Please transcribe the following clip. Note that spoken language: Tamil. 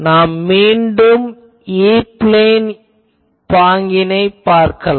நாம் மீண்டும் E பிளேன் பாங்கைப் பார்க்கலாம்